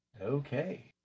Okay